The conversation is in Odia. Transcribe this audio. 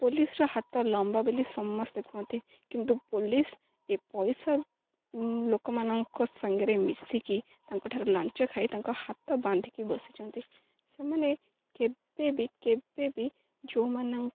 ପୋଲିସ୍ର ହାତ ଲମ୍ବା ବୋଲି ସମସ୍ତେ କୁହନ୍ତି କିନ୍ତୁ ପୋଲିସ୍ ଏ ପଇସା ଲୋକମାନଙ୍କ ସାଙ୍ଗରେ ମିଶିକି ତାଙ୍କଠାରୁ ଲାଞ୍ଚ ଖାଇ ତାଙ୍କ ହାତ ବାନ୍ଧିକି ବସିଛନ୍ତି ସେମାନେ କେବେ ବିି କେବେ ବିି ଯୋଉମାନ